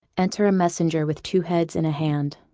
enter a messenger, with two heads and a hand